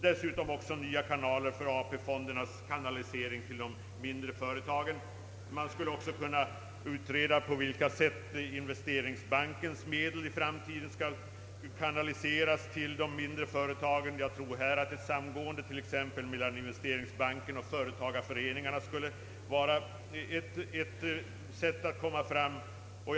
Dessutom borde nya kanaler för AP-fondernas kanalisering till de mindre företagen övervägas. Man skulle också kunna utreda på vilka sätt investeringsbankens medel i framtiden skulle kunna kanaliseras till de mindre företagen. Jag tror att ett samgående på denna punkt t.ex. mellan investeringsbanken och = företagareföreningarna skulle vara ett sätt att lösa problemet.